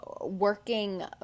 working